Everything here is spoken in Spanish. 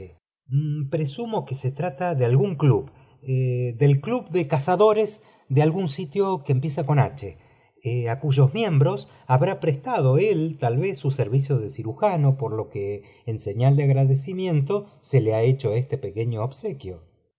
presumo que se trata de algún oíub del club de cazadores de h á cuyos miembros habí prestado él tal vez sus servicios de cirujano ti üvjí jj i lo que en señal de agradecimiento se le ha feév cho este pequeño obsequio